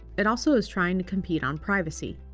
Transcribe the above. it also is trying to compete on privacy.